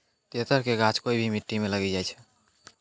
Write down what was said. तेतर के गाछ कोय भी मिट्टी मॅ लागी जाय छै